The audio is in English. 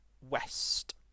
west